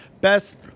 best